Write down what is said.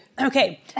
Okay